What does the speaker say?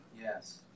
Yes